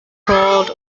crawled